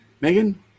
Megan